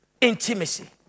Intimacy